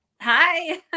hi